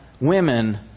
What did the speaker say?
women